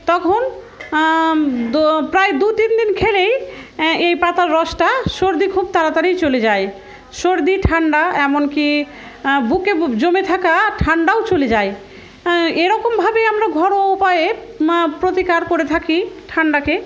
তখন প্রায় দু তিন দিন খেলেই এই পাতার রসটা সর্দি খুব তাড়াতাড়ি চলে যায় সর্দি ঠান্ডা এমনকি বুকে জমে থাকা ঠান্ডাও চলে যায় এরকমভাবেই আমরা ঘরোা উপায়ে প্রতিকার করে থাকি ঠান্ডাকে